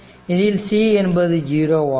இதில்c என்பது 0 ஆகும்